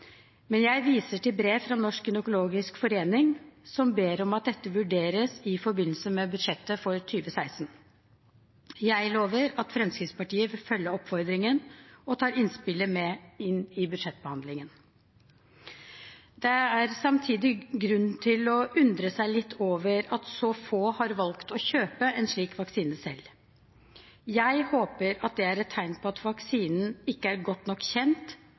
Men jeg viser til brev fra Norsk gynekologisk forening, som ber om at dette vurderes i forbindelse med budsjettet for 2016. Jeg lover at Fremskrittspartiet vil følge oppfordringen og tar innspillet med inn i budsjettbehandlingen. Det er samtidig grunn til å undre seg litt over at så få har valgt å kjøpe en slik vaksine selv. Jeg håper at det er et tegn på at vaksinen ikke er godt nok kjent,